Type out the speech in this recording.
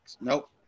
Nope